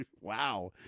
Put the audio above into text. Wow